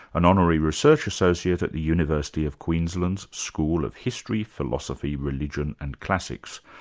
an honorary research associate at the university of queensland's school of history, philosophy, religion and classics,